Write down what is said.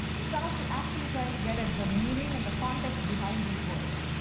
it's ah so actually trying to get at the meaning and the context behind these words.